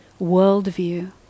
worldview